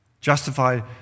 Justified